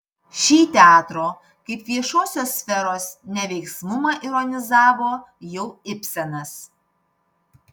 šį teatro kaip viešosios sferos neveiksnumą ironizavo jau ibsenas